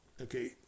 okay